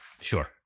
Sure